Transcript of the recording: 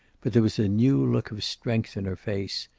but there was a new look of strength in her face,